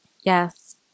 Yes